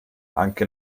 anche